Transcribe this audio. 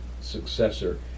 successor